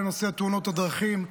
לנושא תאונות הדרכים,